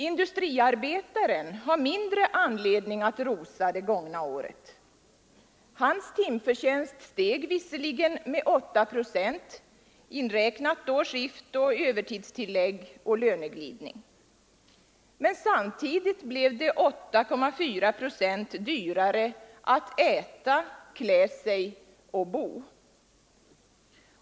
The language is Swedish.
Industriarbetaren har mindre anledning att rosa det gångna året. Hans timförtjänst steg visserligen med 8 procent, inräknat skiftoch övertidstillägg samt löneglidning. Men samtidigt blev det 8,4 procent dyrare att äta, klä sig och bo.